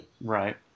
Right